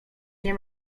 nie